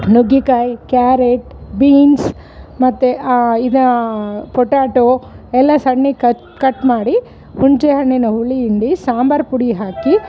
ನುಗ್ಗೆಕಾಯ್ carrot beans ಮತ್ತು ಇದು potato ಎಲ್ಲ ಸಣ್ಣಕ್ ಕಟ್ ಕಟ್ ಮಾಡಿ ಹುಣ್ಚೆ ಹಣ್ಣಿನ ಹುಳಿ ಹಿಂಡಿ ಸಾಂಬರ್ ಪುಡಿ ಹಾಕಿ